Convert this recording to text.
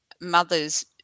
mothers